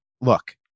look